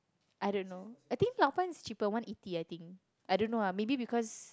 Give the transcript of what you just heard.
I don't know I think laoban is cheaper one-eighty I think I don't know ah maybe because